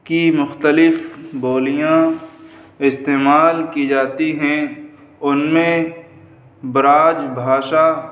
کی مختلف بولیاں استعمال کی جاتی ہیں ان میں برج بھاشا